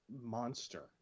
monster